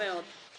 נכון מאוד.